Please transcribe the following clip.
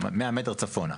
100 מטר צפונה.